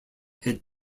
had